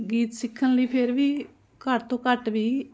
ਗੀਤ ਸਿੱਖਣ ਲਈ ਫਿਰ ਵੀ ਘੱਟ ਤੋਂ ਘੱਟ ਵੀ